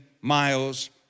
miles